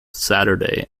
saturday